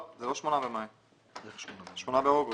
אני חושבת שהתיקונים הבאים הם כבר בהוראות